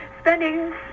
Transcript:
spending